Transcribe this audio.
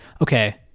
Okay